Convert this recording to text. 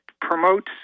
promotes